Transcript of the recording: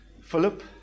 Philip